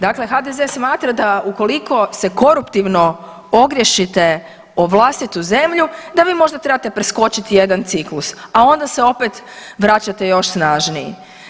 Dakle, HDZ smatra da ukoliko se koruptivno ogriješite o vlastitu zemlju, da vi možda trebate preskočiti jedan ciklus a onda se opet vraćate još snažniji.